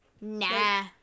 Nah